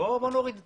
בואו נרד רגע